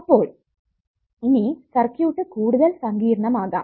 അപ്പോൾ ഇനി സർക്യൂട്ട് കൂടുതൽ സങ്കീർണമാകാം